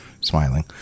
Smiling